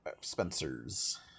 Spencer's